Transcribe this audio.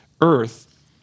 earth